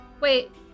Wait